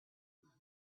lunch